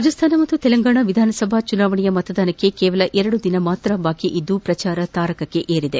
ರಾಜಸ್ಥಾನ ಮತ್ತು ತೆಲಂಗಾಣ ವಿಧಾನಸಭಾ ಚುನಾವಣೆಯ ಮತದಾನಕ್ಕೆ ಕೇವಲ ಎರಡು ದಿನ ಬಾಕಿ ಇದ್ದು ಪ್ರಚಾರ ತಾರಕಕ್ನೇರಿದೆ